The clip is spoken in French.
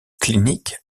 clinique